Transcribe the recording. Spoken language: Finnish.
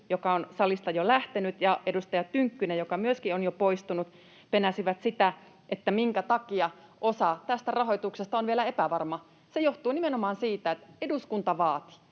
joka on salista jo lähtenyt, ja edustaja Tynkkynen, joka myöskin on jo poistunut, penäsivät sitä, minkä takia osa tästä rahoituksesta on vielä epävarma. Se johtuu nimenomaan siitä, että eduskunta vaati,